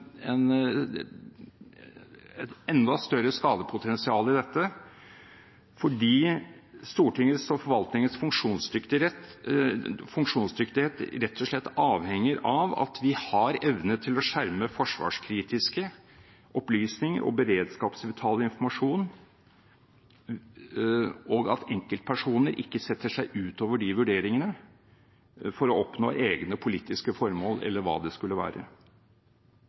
dessverre et enda større skadepotensial i dette fordi Stortingets og forvaltningens funksjonsdyktighet rett og slett avhenger av at vi har evne til å skjerme forsvarskritiske opplysninger og beredskapsvital informasjon, og at enkeltpersoner ikke setter seg utover de vurderingene for å oppnå egne politiske formål eller hva det skulle være.